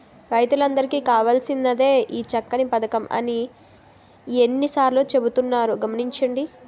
రైతులందరికీ కావాల్సినదే ఈ చక్కని పదకం అని ఎన్ని సార్లో చెబుతున్నారు గమనించండి